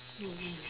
maybe